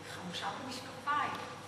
חמושה במשקפיים.